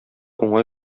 уңай